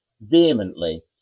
vehemently